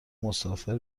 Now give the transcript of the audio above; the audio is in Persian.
مسافر